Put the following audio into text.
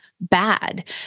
bad